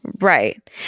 Right